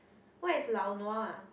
what is lao nua